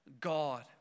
God